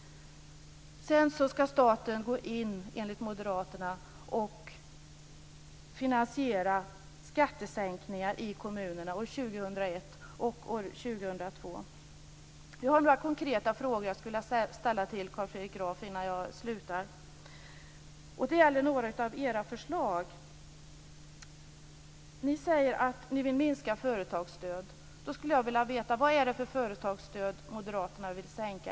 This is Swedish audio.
Staten ska enligt moderaterna gå in och finansiera skattesänkningar i kommunerna år 2001 och 2002. Jag har några konkreta frågor som jag skulle vilja ställa till Carl Fredrik Graf innan jag slutar, och de gäller några av moderaternas förslag. Moderaterna säger att de vill minska företagsstöd. Då skulle jag vilja veta: Vad är det för företagsstöd moderaterna vill sänka?